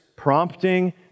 Prompting